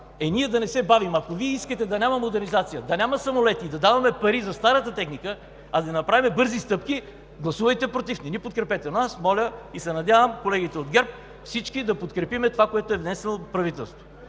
е ние да не се бавим. Ако Вие искате да няма модернизация, да няма самолети, да даваме пари за старата техника, а да не направим бързи стъпки, гласувайте „против“ и не ни подкрепяйте. Но аз моля и се надявам колегите от ГЕРБ – всички, да подкрепим това, което е внесено от правителството.